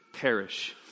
perish